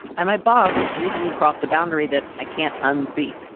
and my boss recently crossed a boundary that i can't unsee.